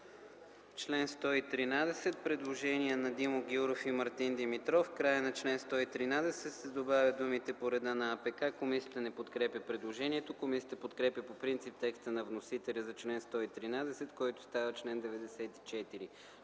чл. 113 има предложение на Димо Гяуров и Мартин Димитров – в края на чл. 113 се добавят думите: „по реда на АПК”. Комисията не подкрепя предложението. Комисията подкрепя по принцип текста на вносителя за чл. 113, който става чл. 94: